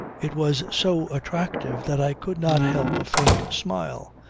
it was so attractive that i could not help a faint smile.